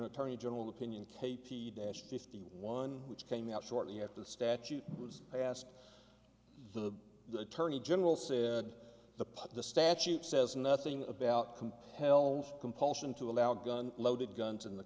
attorney general opinion k p dash fifty one which came out shortly after the statute was passed the the attorney general said the the statute says nothing about compelled compulsion to allow gun loaded guns in the